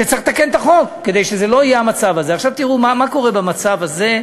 שצריך לתקן את החוק, כדי שלא יהיה המצב הזה.